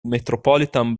metropolitan